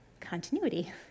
continuity